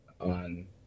on